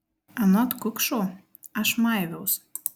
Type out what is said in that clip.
anot kukšo aš maiviaus